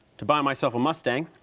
to buy myself a mustang.